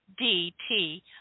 DT